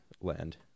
land